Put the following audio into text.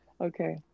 okay